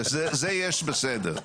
זה בסדר,